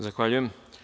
Zahvaljujem.